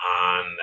on